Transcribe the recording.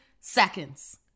seconds